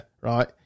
right